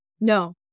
No